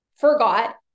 forgot